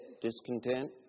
discontent